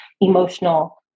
emotional